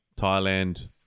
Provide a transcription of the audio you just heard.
Thailand